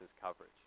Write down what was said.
coverage